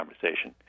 conversation